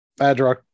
adrock